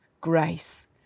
grace